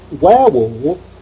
werewolves